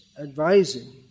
advising